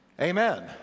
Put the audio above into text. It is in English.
Amen